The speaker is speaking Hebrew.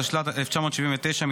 התשל"ט 1979,